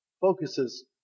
focuses